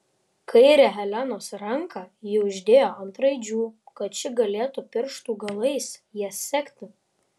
kairę helenos ranką ji uždėjo ant raidžių kad ši galėtų pirštų galais jas sekti